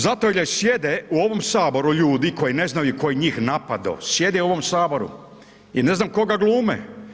Zato jer sjede u ovom Saboru ljudi koji ne znaju tko je ih napadao, sjede u ovom Saboru i ne znam koga glume.